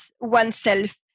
oneself